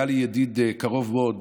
היה לי ידיד קרוב מאוד